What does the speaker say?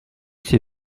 c’est